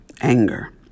anger